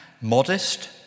modest